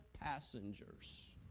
passengers